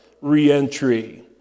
re-entry